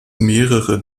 mehrere